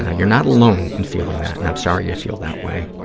you're not alone in feeling that, and i'm sorry you feel that way.